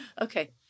Okay